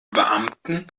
beamten